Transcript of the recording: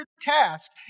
task